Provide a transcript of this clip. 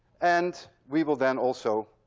and we will then also.